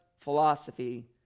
philosophy